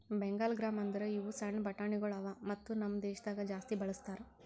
Bengal gram ಅಂದುರ್ ಇವು ಸಣ್ಣ ಬಟಾಣಿಗೊಳ್ ಅವಾ ಮತ್ತ ನಮ್ ದೇಶದಾಗ್ ಜಾಸ್ತಿ ಬಳ್ಸತಾರ್